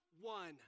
one